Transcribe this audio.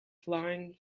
flying